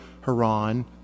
Haran